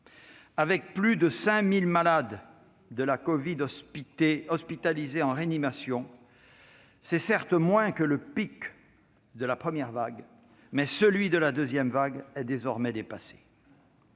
Avec plus de 5 000 malades de la covid-19 hospitalisés en réanimation, c'est certes moins que le pic de la première vague, mais celui de la deuxième vague est désormais dépassé.